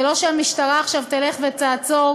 זה לא שהמשטרה עכשיו תלך ותעצור